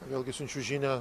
vėlgi siunčiu žinią